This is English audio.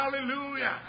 hallelujah